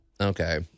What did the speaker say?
Okay